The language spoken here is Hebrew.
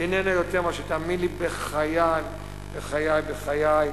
איננה יותר מאשר תאמין לי, בחיי, בחיי,